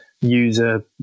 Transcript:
user